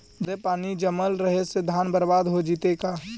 जादे पानी जमल रहे से धान बर्बाद हो जितै का?